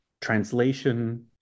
translation